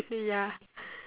say ya